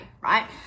right